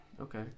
okay